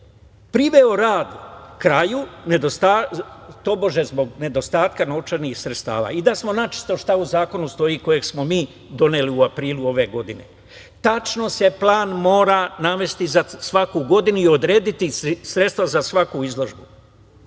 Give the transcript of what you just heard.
priveo rad kraju, tobože zbog nedostatka novčanih sredstava.I da budemo načisto šta u zakonu stoji, kojeg smo mi doneli u aprilu ove godine. Tačno se plan mora navesti za svaku godinu i odrediti sredstva za svaku izložbu.